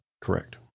Correct